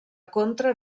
contra